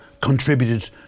contributed